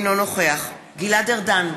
אינו נוכח גלעד ארדן,